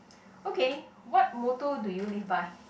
okay what motto do you live by